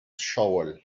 shovel